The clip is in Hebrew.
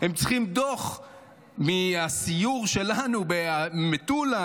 הם צריכים דוח מהסיור שלנו במטולה,